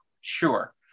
sure